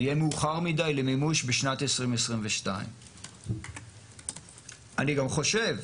זה יהיה מאוחר מידי למימוש בשנת 2022. אני גם חושב,